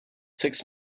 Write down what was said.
six